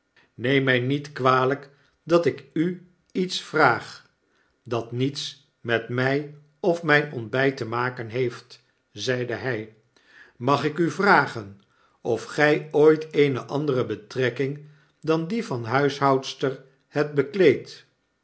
neem my niet kwalyk dat ik u iets vraag dat niets met my of myn ontbyt te maken heeft zeide hij mag ik u vragen of gy ooit eene andere betrekking dan die van huishoudster hebt bekleed